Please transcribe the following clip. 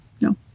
No